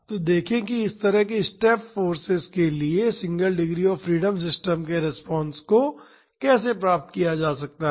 तो आइए देखें कि इस तरह के स्टेप फोर्सेज के लिए single degree of freedom system के रिस्पांस को कैसे प्राप्त किया जाता है